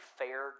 fair